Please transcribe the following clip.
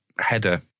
header